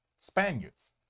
Spaniards